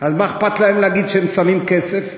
אז מה אכפת להם להגיד שהם שמים כסף?